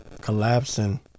collapsing